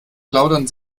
plaudern